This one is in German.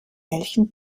welchen